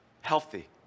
Healthy